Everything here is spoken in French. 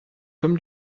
comme